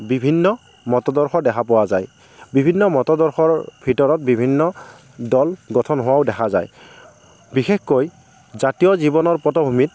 বিভিন্ন মতদৰ্শ দেখা পোৱা যায় বিভিন্ন মতদৰ্শৰ ভিতৰত বিভিন্ন দল গঠন হোৱাও দেখা যায় বিশেষকৈ জাতীয় জীৱনৰ পটভূমিত